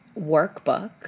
workbook